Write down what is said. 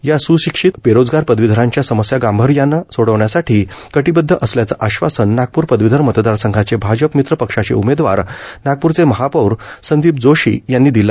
या सृशिक्षित बेरोजगार पदवीधरांच्या समस्या गांभीर्याने सोडविण्यासाठी कटिबद्ध असल्याचे आश्वासन नागपूर पदवीधर मतदार संघाचे भाजप मित्र पक्षाचे उमेदवार नागपूरचे महापौर संदीप जोशी दिले